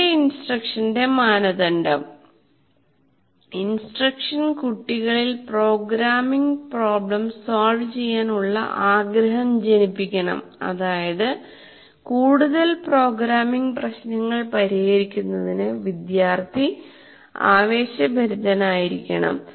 എന്റെ ഇൻസ്ട്രക്ഷന്റെ മാനദണ്ഡംഇൻസ്ട്രക്ഷൻ കുട്ടികളിൽ പ്രോഗ്രാമിംഗ് പ്രോബ്ലെംസ് സോൾവ് ചെയ്യാൻ ഉള്ള ആഗ്രഹം ജനിപ്പിക്കണം അതായത് കൂടുതൽ പ്രോഗ്രാമിംഗ് പ്രശ്നങ്ങൾ പരിഹരിക്കുന്നതിന് വിദ്യാർത്ഥി ആവേശഭരിതനായിരിക്കണം